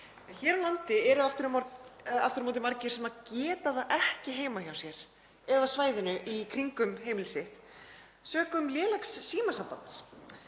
Hér á landi eru aftur og aftur á móti margir sem geta það ekki heima hjá sér eða á svæðinu í kringum heimili sitt sökum lélegs símasambands.